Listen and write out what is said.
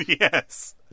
Yes